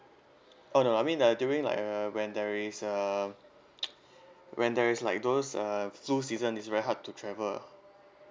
oh no I mean uh during like uh when there is um when there is like those uh flu season is very hard to travel